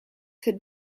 had